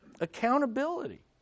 accountability